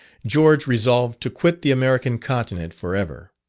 george resolved to quit the american continent for ever.